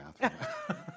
bathroom